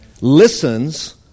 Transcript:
listens